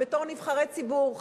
בתור נבחרי ציבור,